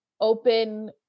open